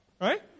right